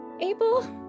Abel